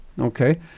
okay